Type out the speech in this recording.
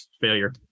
Failure